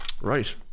Right